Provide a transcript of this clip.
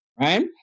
right